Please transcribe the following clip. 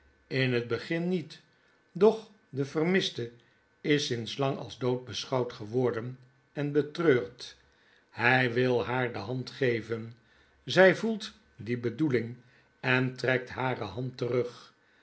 in het begin niet doch de vermiste is sinds lang als dood beschouwd geworden en betreurd hjj wil haar de hand geven zjj voelt die bedoeling en trekt hare hand terug